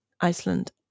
Iceland